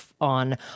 on